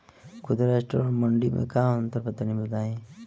खुदरा स्टोर और मंडी में का अंतर बा तनी बताई?